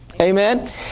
Amen